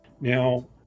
Now